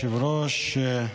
היושב-ראש.